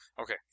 okay